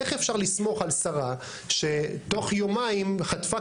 איך אפשר לסמוך על שרה שתוך יומיים חטפה